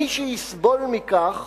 מי שיסבול מכך